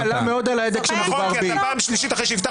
היד קלה מאוד על ההדק כשמדובר בי.